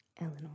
Eleanor